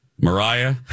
Mariah